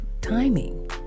timing